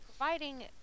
Providing